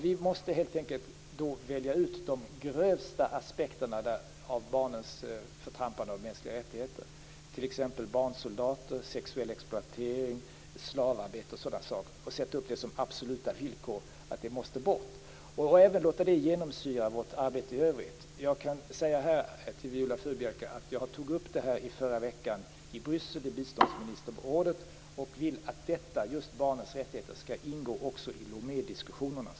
Vi måste helt enkelt välja ut de grövsta aspekterna när det gäller förtrampandet av barnens mänskliga rättigheter. Det gäller t.ex. barnsoldater, sexuell exploatering, slavarbete och sådana saker. Vi måste sätta upp som absoluta villkor att det måste bort. Vi måste även låta det genomsyra vårt arbete i övrigt. Jag kan här säga till Viola Furubjelke att jag tog upp detta i Bryssel i förra veckan i biståndsministerrådet. Jag vill att detta med barnens rättigheter också skall ingå i